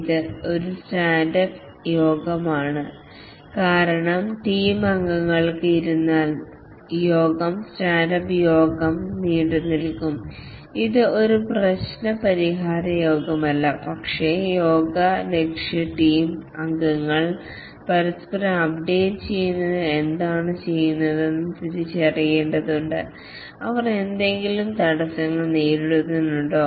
ഇത് ഒരു stand up യോഗമാണ് കാരണം ടീം അംഗങ്ങൾ ഇരുന്നാൽ യോഗം നീണ്ടുനിന്നെകാം ഇത് ഒരു പ്രശ്ന പരിഹാര യോഗമല്ല പക്ഷേ യോഗം ലക്ഷ്യം ടീം അംഗങ്ങൾ പരസ്പരം അപ്ഡേറ്റ് ചെയ്യുന്നതിന് എന്താണ് ചെയ്യുന്നതെന്ന് തിരിച്ചറിയേണ്ടതുണ്ട് അവർ എന്തെങ്കിലും തടസ്സങ്ങൾ നേരിടുന്നുണ്ടോ